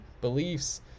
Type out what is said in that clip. beliefs